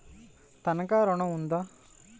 తనఖా ఋణం ఉందా?